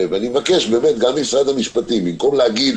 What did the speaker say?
ואני מבקש באמת גם ממשרד המשפטים, במקום להגיד